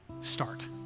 start